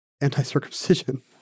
anti-circumcision